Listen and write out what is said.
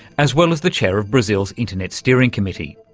as well as the chair of brazil's internet steering committee.